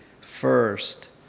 first